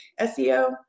SEO